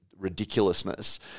ridiculousness